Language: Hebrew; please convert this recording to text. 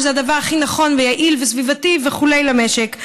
שזה הדבר הכי נכון ויעיל וסביבתי וכו' למשק.